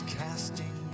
casting